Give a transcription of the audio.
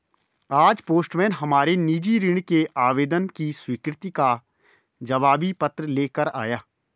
आज पोस्टमैन हमारे निजी ऋण के आवेदन की स्वीकृति का जवाबी पत्र ले कर आया